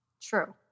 True